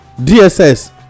DSS